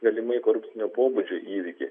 galimai korupcinio pobūdžio įvykį